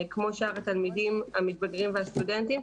כמו שאר התלמידים המתבגרים והסטודנטים,